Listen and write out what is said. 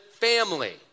family